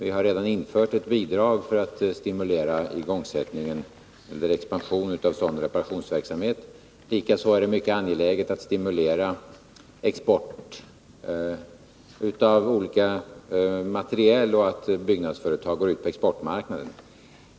Vi har redan infört ett bidrag för att stimulera igångsättning eller expansion av sådan reparationsverksamhet. Likaså är det mycket angeläget att stimulera export av byggmateriel och att byggnadsföretag går ut på exportmarknaden.